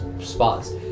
spots